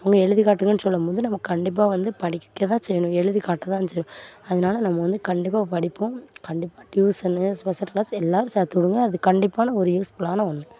அவங்க எழுதிக்காட்டுங்கனு சொல்லும்போது நம்ம கண்டிப்பாக வந்து படிக்கத் தான் செய்யணும் எழுதிக்காட்ட தான் செய் அதனால நம்ம வந்து கண்டிப்பாக படிப்போம் கண்டிப்பாக டியூசனு ஸ்பெஷல் கிளாஸ் எல்லோரும் சேர்த்து விடுங்க அது கண்டிப்பான ஒரு யூஸ்ஃபுல்லான ஒன்று